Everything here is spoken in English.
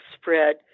spread